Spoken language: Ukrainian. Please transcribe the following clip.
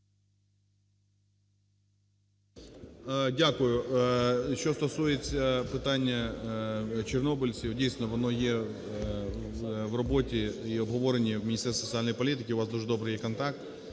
Дякую. Що стосується питання чорнобильців. Дійсно, воно є в роботі і обговоренні і Міністерстві соціальної політики, у вас дуже добрий є контакт.